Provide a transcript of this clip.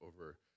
over